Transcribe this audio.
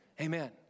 Amen